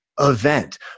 event